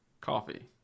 coffee